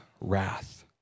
wrath